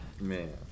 Man